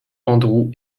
andrew